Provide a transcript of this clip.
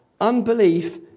unbelief